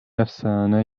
efsane